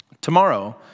Tomorrow